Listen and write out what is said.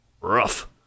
rough